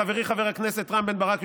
חברי חבר הכנסת רם בן ברק,